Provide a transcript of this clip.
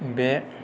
बे